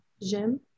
j'aime